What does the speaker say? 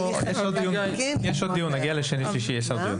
יש עוד דיון בנושא הזה.